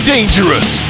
Dangerous